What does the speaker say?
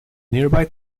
nearby